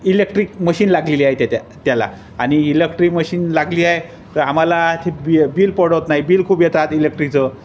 electric machine लागलेली आहे त्या त्या त्याला आणि इलेक्ट्रिक मशीन लागली आहे तर आम्हाला ती बि बिल परवडत नाही बिल खूप येतात इलेक्ट्रिकचं